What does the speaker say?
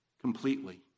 completely